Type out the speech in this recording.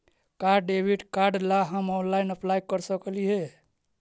का debit card ला हम ऑनलाइन अप्लाई कर सकली हे?